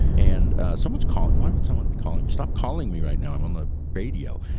and someone's calling why would someone be calling me? stop calling me right now. i'm on the radio.